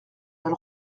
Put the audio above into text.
elle